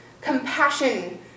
compassion